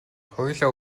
хоёулаа